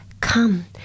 Come